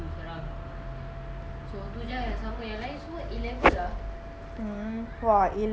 !wah! A-level eh confirm bangga sia then da lama ah tak jumpa dia